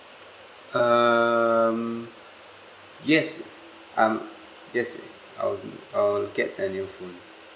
um yes I'm yes I'll I'll get a new phone